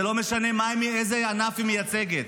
זה לא משנה איזה ענף היא מייצגת.